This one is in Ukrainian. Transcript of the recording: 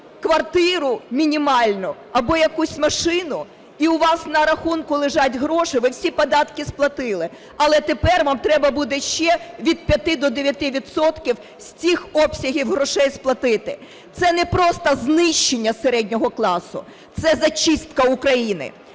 квартиру мінімальну або якусь машину, і у вас на рахунку лежать гроші, ви всі податки сплатили, але тепер вам треба буде ще від 5 до 9 відсотків з цих обсягів грошей сплатити. Це непросто знищення середнього класу, це зачистка України.